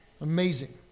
Amazing